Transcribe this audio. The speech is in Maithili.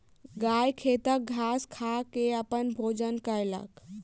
गाय खेतक घास खा के अपन भोजन कयलक